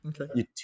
Okay